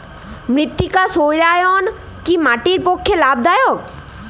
মৃত্তিকা সৌরায়ন কি মাটির পক্ষে লাভদায়ক?